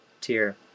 tier